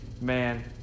Man